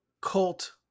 cult